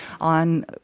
on